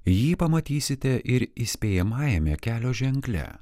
jį pamatysite ir įspėjamajame kelio ženkle